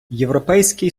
європейський